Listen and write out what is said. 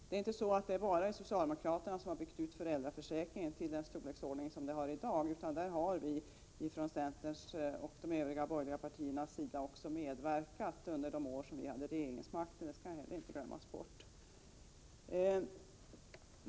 Det är inte bara socialdemokraterna som har byggt ut föräldraförsäkringen till den storlek den har i dag utan där har vi från centern och från de övriga borgerliga partierna medverkat under de år vi hade regeringsmakten. Det skall inte heller glömmas bort.